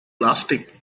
plastic